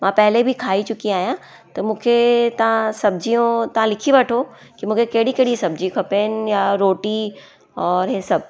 मां पहले बि खाई चुकी आहियां त मूंखे तव्हां सब्जियूं तव्हां लिखी वठो कि मूंखे कहिड़ी कहिड़ी सब्जी खपेनि या रोटी और इहे सभु